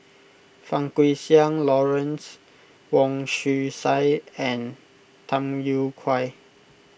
Fang Guixiang Lawrence Wong Shyun Tsai and Tham Yui Kai